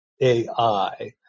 AI